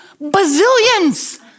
bazillions